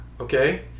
Okay